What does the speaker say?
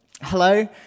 Hello